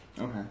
Okay